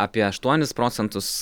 apie aštuonis procentus